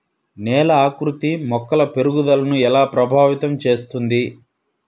నేల ఆకృతి మొక్కల పెరుగుదలను ఎలా ప్రభావితం చేస్తుంది?